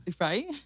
Right